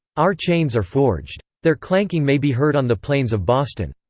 our chains are forged! their clanking may be heard on the plains of boston!